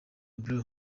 blue